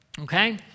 okay